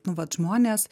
nu vat žmonės